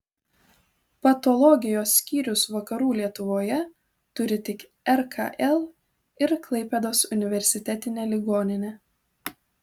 patologijos skyrius vakarų lietuvoje turi tik rkl ir klaipėdos universitetinė ligoninė